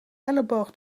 elleboog